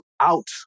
out